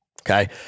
Okay